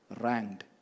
Ranked